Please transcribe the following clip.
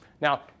Now